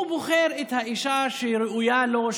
הוא בוחר את האישה שראויה לו,